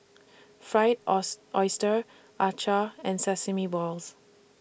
Fried Oyster Acar and Sesame Balls